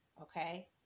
okay